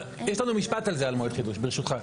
יש לנו משפט על זה, על מועד חידוש, ברשותך.